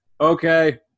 okay